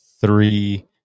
three